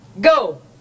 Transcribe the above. Go